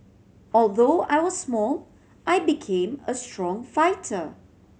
although I was small I became a strong fighter